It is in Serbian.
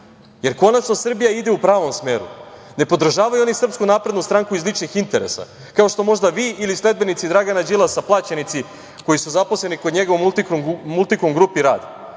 jer konačno Srbija ide u pravom smeru. Ne podržavaju oni SNS iz ličnih interesa, kao što možda vi ili sledbenici Dragana Đilasa, plaćenici koji su zaposleni kod njega u „Multikom grupi“ rade.